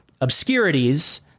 obscurities